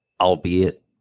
albeit